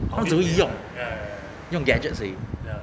好注意用用 gadgets 而已